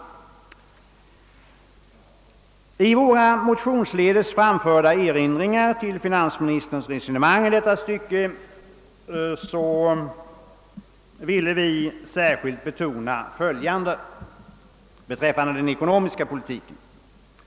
I våra motionsledes framförda erinringar till finansministerns resonemang i detta stycke ville vi särskilt betona följande beträffande den ekonomiska politiken.